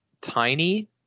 tiny